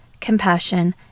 compassion